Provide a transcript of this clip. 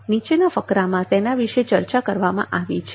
નીચેના ફકરામાં તેના વિશે ચર્ચા કરવામાં આવી છે